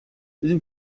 une